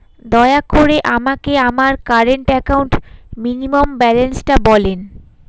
দয়া করে আমাকে আমার কারেন্ট অ্যাকাউন্ট মিনিমাম ব্যালান্সটা বলেন